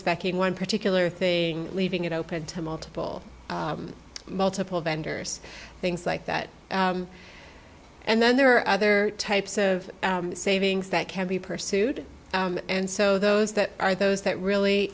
spec in one particular thing leaving it open to multiple multiple vendors things like that and then there are other types of savings that can be pursued and so those that are those that really